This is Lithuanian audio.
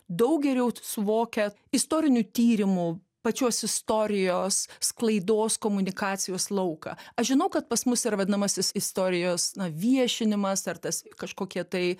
daug geriau suvokia istorinių tyrimų pačios istorijos sklaidos komunikacijos lauką aš žinau kad pas mus yra vadinamasis istorijos viešinimas ar tas kažkokie tai